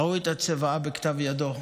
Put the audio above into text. ראו את הצוואה בכתב ידו.